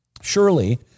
Surely